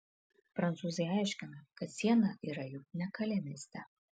prancūzai aiškina kad siena yra juk ne kalė mieste